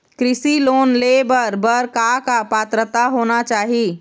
कृषि लोन ले बर बर का का पात्रता होना चाही?